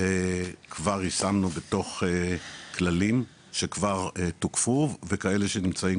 כבר יישמנו בתוך כללים שכבר תוקפו וכאלה שנמצאים